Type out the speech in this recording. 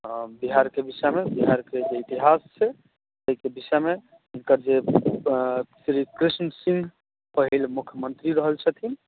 हॅं बिहार के जे संयुक्त बिहार के इतिहास छै ताहि के विषय मे एकर जे श्री कृष्ण सिंह पहिल मुख्यमंत्री रहल छथिन